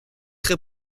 très